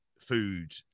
food